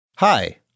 Hi